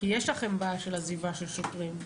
יש לכם בעיה של עזיבת שוטרים.